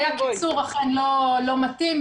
זה היה קיצור לא מתאים.